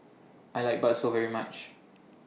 I like Bakso very much